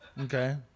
Okay